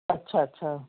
ਅੱਛਾ ਅੱਛਾ